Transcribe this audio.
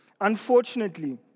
Unfortunately